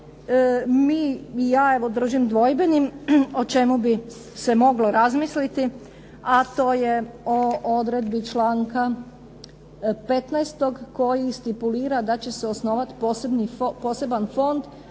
mi i ja evo držim dvojbenim o čemu bi se moglo razmisliti, a to je o odredbi članka 15. koji stipulira da će se osnovati poseban fond